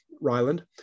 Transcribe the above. Ryland